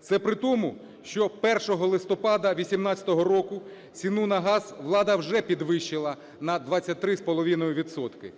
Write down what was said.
Це при тому, що 1 листопада 2018 року ціну на газ влада вже підвищила на 23,5 відсотки,